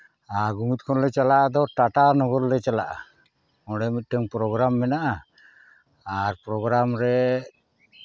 ᱟᱨ ᱜᱳᱢᱤᱫ ᱠᱷᱚᱱᱞᱮ ᱪᱟᱞᱟᱜᱼᱟ ᱟᱫᱚ ᱴᱟᱴᱟ ᱱᱚᱜᱚᱨ ᱞᱮ ᱪᱟᱞᱟᱜᱼᱟ ᱚᱸᱰᱮ ᱢᱤᱫᱴᱟᱱ ᱯᱨᱳᱜᱨᱟᱢ ᱢᱮᱱᱟᱜᱼᱟ ᱟᱨ ᱯᱨᱳᱜᱨᱟᱢ ᱨᱮ